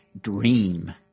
dream